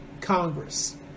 congress